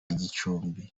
gicumbi